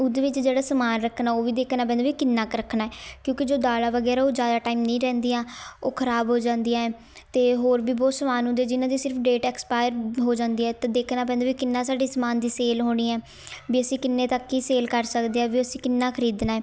ਉਹਦੇ ਵਿੱਚ ਜਿਹੜਾ ਸਮਾਨ ਰੱਖਣਾ ਹੈ ਉਹ ਵੀ ਦੇਖਣਾ ਪੈਂਦਾ ਵੀ ਕਿੰਨਾ ਕੁ ਰੱਖਣਾ ਕਿਉਂਕਿ ਜੋ ਦਾਲਾਂ ਵਗੈਰਾ ਉਹ ਜ਼ਿਆਦਾ ਟਾਈਮ ਨਹੀਂ ਰਹਿੰਦੀਆਂ ਉਹ ਖਰਾਬ ਹੋ ਜਾਂਦੀਆਂ ਹੈ ਅਤੇ ਹੋਰ ਵੀ ਬਹੁਤ ਸਮਾਨ ਹੁੰਦੇ ਜਿੰਨਾ ਦੀ ਸਿਰਫ ਡੇਟ ਐਕਸਪਾਇਅਰ ਹੋ ਜਾਂਦੀ ਹੈ ਤਾਂ ਦੇਖਣਾ ਪੈਂਦਾ ਵੀ ਕਿੰਨਾ ਸਾਡੀ ਸਮਾਨ ਦੀ ਸੇਲ ਹੋਣੀ ਹੈ ਵੀ ਅਸੀਂ ਕਿੰਨੇ ਤੱਕ ਦੀ ਸੇਲ ਕਰ ਸਕਦੇ ਹਾਂ ਵੀ ਅਸੀਂ ਕਿੰਨਾ ਖਰੀਦਣਾ ਹੈ